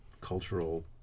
cultural